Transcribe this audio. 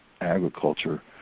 agriculture